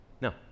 no